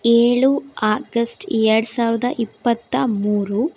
ಏಳು ಆಗಸ್ಟ್ ಎರಡು ಸಾವಿರದ ಇಪ್ಪತ್ತ ಮೂರು